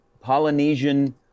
Polynesian